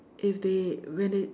if they when they